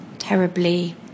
terribly